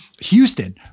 Houston